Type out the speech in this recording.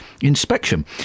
inspection